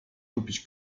kupić